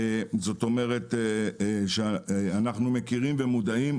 זאת אומרת שאנחנו מכירים ומודעים,